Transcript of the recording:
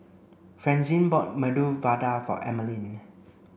Francine bought Medu Vada for Emeline